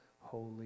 holy